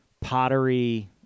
pottery